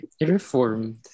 Reformed